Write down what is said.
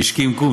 שהשכים קום,